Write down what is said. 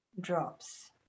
drops